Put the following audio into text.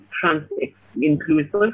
trans-inclusive